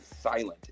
silent